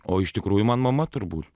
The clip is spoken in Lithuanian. o iš tikrųjų man mama turbūt